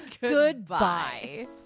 Goodbye